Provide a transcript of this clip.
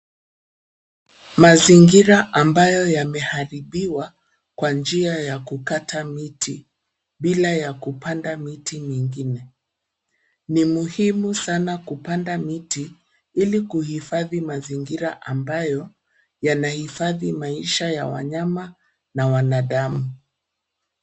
Mazingira ambayo yameharibiwa kwa njia ya kukata miti bila ya kupanda miti mengine. Ni muhimu sana kupanda miti ili kuhifadhi mazingira ambayo yanahifadhi mazingira ya wanyama na wanadamu.